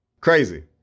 Crazy